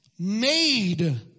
Made